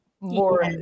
more